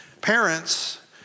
Parents